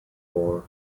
for